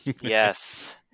Yes